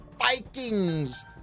Vikings